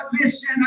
listen